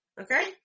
Okay